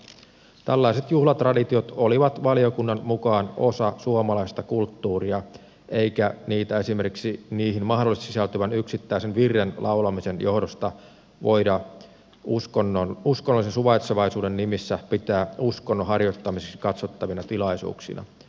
tällaiset juhlatraditiot olivat valiokunnan mukaan osa suomalaista kulttuuria eikä niitä esimerkiksi niihin mahdollisesti sisältyvän yksittäisen virren laulamisen johdosta voida uskonnollisen suvaitsevaisuuden nimissä pitää uskonnon harjoittamiseksi katsottavina tilaisuuksina